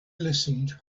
listened